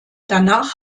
danach